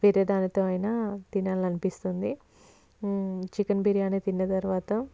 వేరే దానితో అయినా తినాలని అనిపిస్తుంది చికెన్ బిర్యానీ తిన్న తర్వాత